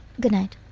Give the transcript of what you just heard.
goodnite.